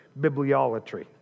bibliolatry